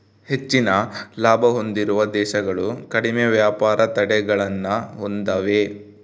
ಹೆಚ್ಚಿನ ಲಾಭ ಹೊಂದಿರುವ ದೇಶಗಳು ಕಡಿಮೆ ವ್ಯಾಪಾರ ತಡೆಗಳನ್ನ ಹೊಂದೆವ